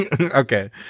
okay